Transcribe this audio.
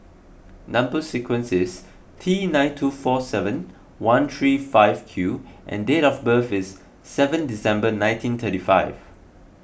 Number Sequence is T nine two four seven one three five Q and date of birth is seven December nineteen thirty five